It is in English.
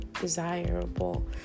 desirable